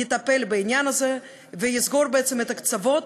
יטפל בעניין הזה ויסגור את הקצוות,